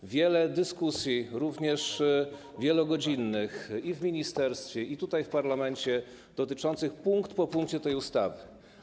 Było wiele dyskusji, również wielogodzinnych, i w ministerstwie, i tutaj, w parlamencie, dotyczących punkt po punkcie tej ustawy.